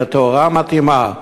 לתאורה מתאימה?